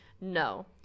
no